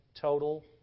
total